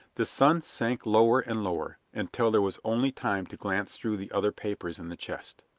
the sun sank lower and lower, until there was only time to glance through the other papers in the chest.